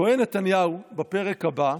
טוען נתניהו בפרק הבא,